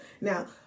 Now